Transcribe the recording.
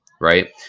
right